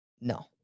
No